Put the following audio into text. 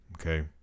okay